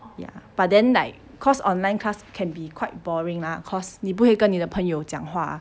ya but then like cause online class can be quite boring lah cause 你不会跟你的朋友讲话 ah